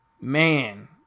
Man